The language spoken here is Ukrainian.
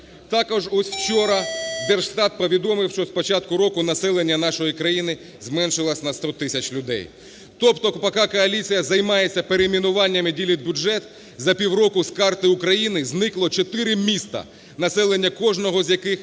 Також вчора Держстат повідомив, що з початку року населення нашої країни зменшилось на 100 тисяч людей. Тобто поки коаліція займається перейменуваннями і ділить бюджет, за півроку з карти України зникло чотири міста, населення кожного з яких